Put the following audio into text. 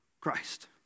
Christ